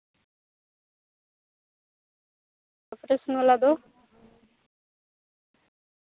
operation ᱵᱟᱞᱟ ᱫᱚ